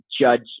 judge